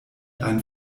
einen